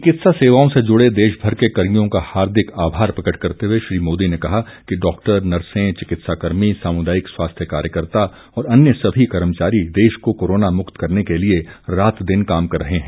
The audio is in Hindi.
चिकित्सा सेवाओं से जुड़े देशभर के कर्मियों का हार्दिक आभार प्रकट करते हुए श्री मोदी ने कहा कि डाक्टर नर्से चिकित्साकर्मी सामुदायिक स्वास्थ्य कार्यकर्ता और अन्य सभी कर्मचारी देश को कोरोना मुक्त करने के लिए रात दिन काम कर रहे हैं